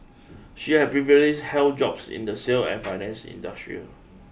she had previously held jobs in the sale and finance industrial